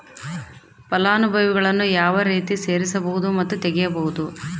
ಫಲಾನುಭವಿಗಳನ್ನು ಯಾವ ರೇತಿ ಸೇರಿಸಬಹುದು ಮತ್ತು ತೆಗೆಯಬಹುದು?